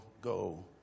go